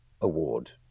award